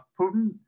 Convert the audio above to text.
Putin